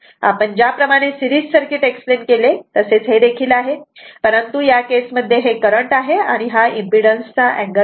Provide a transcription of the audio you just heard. आपण ज्याप्रमाणे series circuit explain केले तसेच हे देखील आहे परंतु या केसमध्ये हे करंट आहे आणि हा इम्पीडन्सचा अँगल आहे